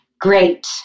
great